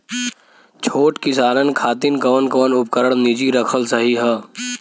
छोट किसानन खातिन कवन कवन उपकरण निजी रखल सही ह?